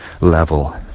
level